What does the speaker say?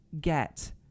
get